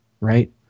right